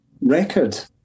record